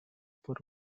por